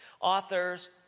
Authors